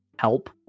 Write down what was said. help